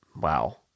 wow